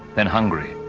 then hungary,